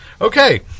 Okay